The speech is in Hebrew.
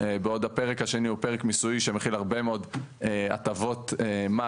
בעוד שהפרק השני הוא פרק מיסוי שמכיל הרבה מאוד הטבות מס